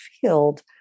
field